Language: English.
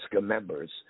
members